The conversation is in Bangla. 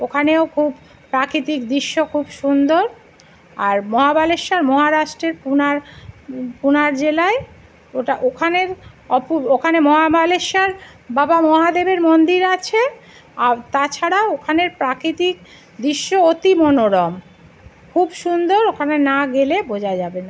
ওখানেও খুব প্রাকৃতিক দৃশ্য খুব সুন্দর আর মহাবালেশ্বর মহারাষ্ট্রের পুনের পুনে জেলায় ওটা ওখানের ওখানে মহাবালেশ্বর বাবা মহাদেবের মন্দির আছে তাছাড়া ওখানের প্রাকৃতিক দৃশ্য অতি মনোরম খুব সুন্দর ওখানে না গেলে বোঝা যাবে না